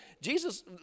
jesus